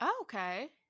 okay